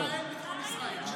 ביטחון ישראל, ביטחון ישראל.